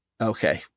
Okay